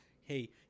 hey